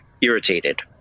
irritated